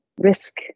risk